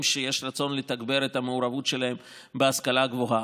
שיש רצון לתגבר את המעורבות שלהם בהשכלה הגבוהה.